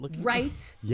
right